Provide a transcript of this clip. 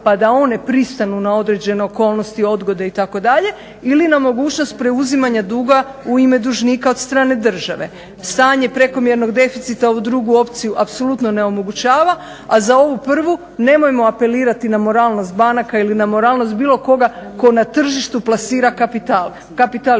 pa da one pristanu na određene okolnosti odgode itd. Ili na mogućnost preuzimanja duga u ime dužnika od strane države. Stanje prekomjernog deficita, ovu drugu opciju apsolutno ne omogućava, a za ovu prvu nemojmo apelirati na moralnost banaka ili na moralnost bilo koga tko na tržištu plasira kapital.